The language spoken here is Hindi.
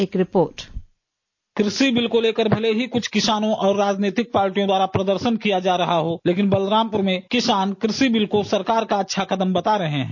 एक रिपोर्ट कृषि बिल को लेकर भले ही कुछ किसानों और राजनैतिक पार्टियों द्वारा प्रदर्शन किया जा रहा हो लेकिन बलरामपुर में किसान कृषि बिल को सरकार का अच्छा कदम बता रहे हैं